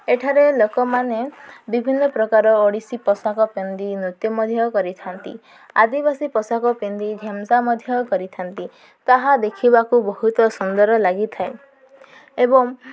ଏଠାରେ ଲୋକମାନେ ବିଭିନ୍ନ ପ୍ରକାର ଓଡ଼ିଶୀ ପୋଷାକ ପିନ୍ଧି ନୃତ୍ୟ ମଧ୍ୟ କରିଥାନ୍ତି ଆଦିବାସୀ ପୋଷାକ ପିନ୍ଧି ଢେମ୍ସା ମଧ୍ୟ କରିଥାନ୍ତି ତାହା ଦେଖିବାକୁ ବହୁତ ସୁନ୍ଦର ଲାଗିଥାଏ ଏବଂ